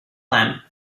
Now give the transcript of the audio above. lamp